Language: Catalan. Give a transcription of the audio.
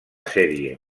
sèrie